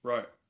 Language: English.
Right